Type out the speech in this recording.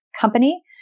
company